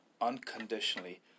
unconditionally